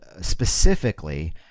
specifically